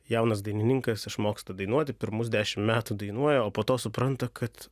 jaunas dainininkas išmoksta dainuoti pirmus dešim metų dainuoja o po to supranta kad